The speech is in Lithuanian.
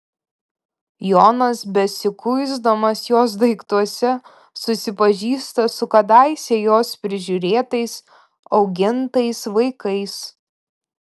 jonas besikuisdamas jos daiktuose susipažįsta su kadaise jos prižiūrėtais augintais vaikais